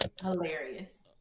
hilarious